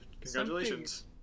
congratulations